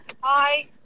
Hi